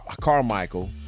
carmichael